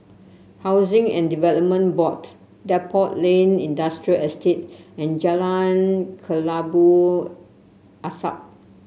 Housing and Development Board Depot Lane Industrial Estate and Jalan Kelabu Asap